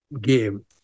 game